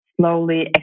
slowly